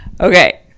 Okay